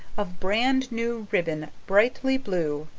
of brand-new ribbon, brightly blue.